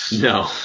No